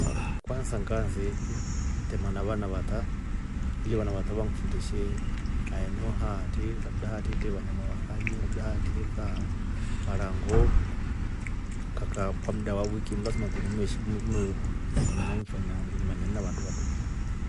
Kwansa nganse itema na vana vata ili vana vata vang' fundishe maeneo haatri labda haatri kwetre vanyama vakali, labda haatri ekaa varaango, nkakaa kwa mda wa wiki lasma ukolye nimeshi- ni- nimeilima faamina imanayana na vandu piu.